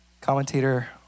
Commentator